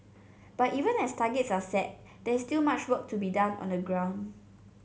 but even as targets are set there is still much work to be done on the ground